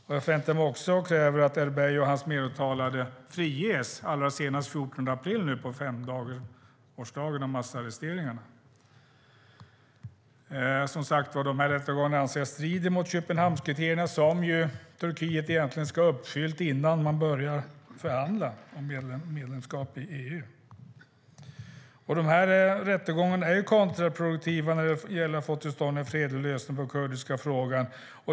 Jag förväntar mig också och kräver att Erbey och hans medåtalade friges allra senast den 14 april, på femårsdagen av massarresteringarna. Jag anser som sagt att de här rättegångarna strider mot Köpenhamnskriterierna som ju Turkiet egentligen ska ha uppfyllt innan man börjar förhandla om medlemskap i EU. Rättegångarna är kontraproduktiva när det gäller att få till stånd en fredlig lösning på den kurdiska frågan.